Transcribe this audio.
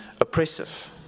oppressive